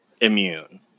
immune